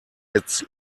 its